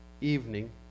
evening